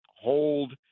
hold